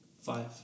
Five